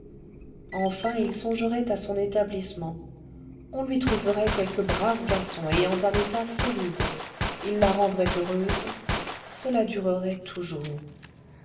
enfin ils songeraient à son établissement on lui trouverait quelque brave garçon ayant un état solide il la rendrait heureuse cela durerait toujours